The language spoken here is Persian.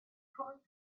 پوند